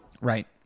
Right